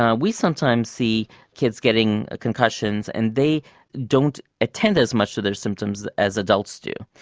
ah we sometimes see kids getting concussions and they don't attend as much to their symptoms as adults do.